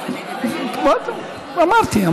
אמרתי.